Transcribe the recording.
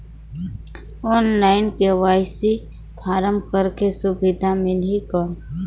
Online KYC form करेके सुविधा मिली कौन?